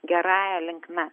gerąja linkme